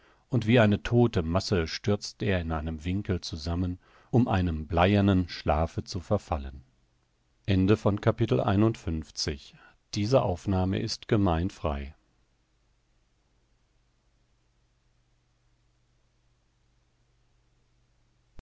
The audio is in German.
und wie eine todte masse stürzt er in einem winkel zusammen um einem bleiernen schlafe zu verfallen